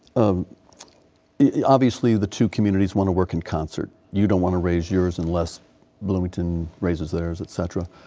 um yeah obviously the two communities want to work in concert. you don't want to raise yours unless bloomington raises theres, etcetera.